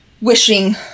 wishing